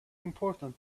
important